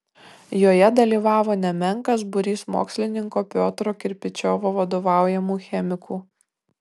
joje dalyvavo nemenkas būrys mokslininko piotro kirpičiovo vadovaujamų chemikų